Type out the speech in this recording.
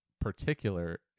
particular